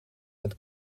bent